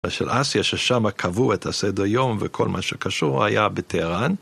של אסיה ששם קבעו את הסדר יום וכל מה שקשור היה בטהרן.